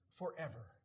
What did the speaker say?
forever